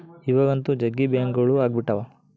ಇವಾಗಂತೂ ಜಗ್ಗಿ ಬ್ಯಾಂಕ್ಗಳು ಅಗ್ಬಿಟಾವ